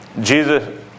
Jesus